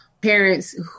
parents